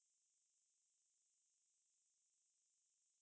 ah 这么办 sia